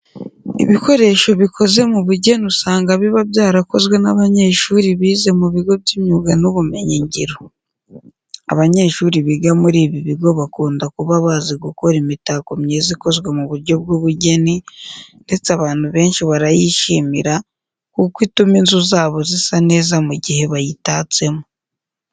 Ibikoresho bikoze mu bugeni usanga biba byarakozwe n'abanyeshuri bize mu bigo by'imyuga n'ubumenyingiro. Abanyeshuri biga muri ibi bigo bakunda kuba bazi gukora imitako myiza ikozwe mu buryo bw'ubugeni ndetse abantu benshi barayishimira kuko ituma inzu zabo zisa neza mu gihe bayitatsemo.